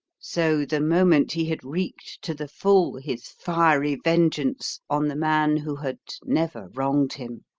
so the moment he had wreaked to the full his fiery vengeance on the man who had never wronged him,